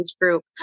group